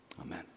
amen